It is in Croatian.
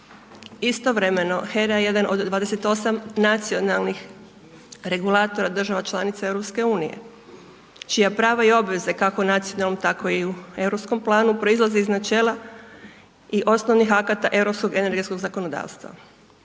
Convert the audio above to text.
Istovremeno HERA je jedna od 28 nacionalnih regulatora država članica EU, čija prava i obveze, kako nacionalne tako i u europskom planu, proizlazi iz načela i osnovnih akata europskog